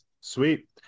Sweet